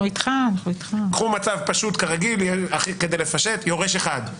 קחו מצב פשוט: יורש אחד,